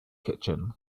kitchen